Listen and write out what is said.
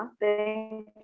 thank